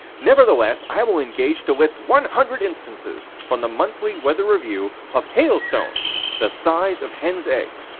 nevertheless i will engage to list one hundred instances, from the monthly weather review, of hailstones the size of hens' eggs.